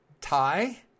tie